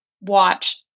watch